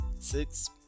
Six